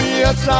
yes